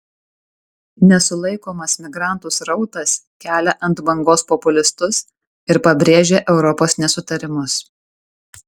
nesulaikomas migrantų srautas kelia ant bangos populistus ir pabrėžia europos nesutarimus